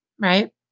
right